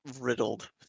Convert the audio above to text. riddled